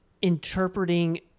interpreting